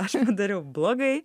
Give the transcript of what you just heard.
aš dariau blogai